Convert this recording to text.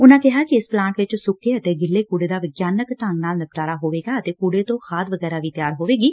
ਉਨ੍ਹਾ ਕਿਹਾ ਕਿ ਇਸ ਪਲਾਟ ਵਿਚ ਸੁੱਕੇ ਅਤੇ ਗਿੱਲੇ ਕੂੜੇ ਦਾ ਵਿਗਿਆਨਕ ਢੰਗ ਨਾਲ ਨਿਪਟਾਰਾ ਹੋਵੇਗਾ ਅਤੇ ਕੁੜੇ ਤੋਂ ਖਾਦ ਵਗੈਰਾ ਤਿੱਆਰ ਹੋਵੇਗੀ